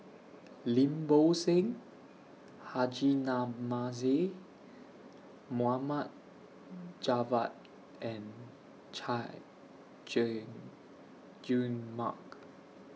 Lim Bo Seng Haji Namazie Mohd Javad and Chay Jung Jun Mark